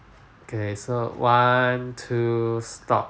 okay so one two stop